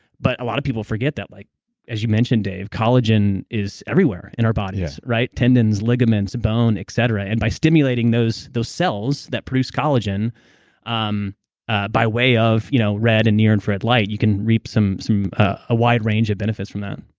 but a lot of people forget that, like as you mentioned, dave, collagen is everywhere in our bodies, right? tendons ligaments, bone, et cetera. and by stimulating those those cells that produce collagen um ah by way of you know red and near infrared light, you can reap a wide range of benefits from that